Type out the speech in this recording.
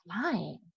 flying